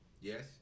Yes